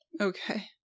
Okay